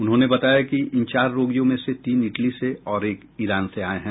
उन्होंने बताया कि इन चार रोगियों में से तीन इटली से और एक ईरान से आये हैं